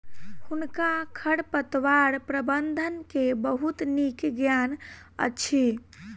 हुनका खरपतवार प्रबंधन के बहुत नीक ज्ञान अछि